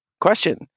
question